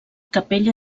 capella